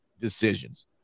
decisions